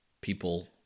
people